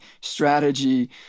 strategy